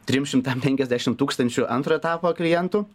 trim šimtam penkiasdešim tūkstančių antrojo etapo klientų